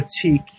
Critique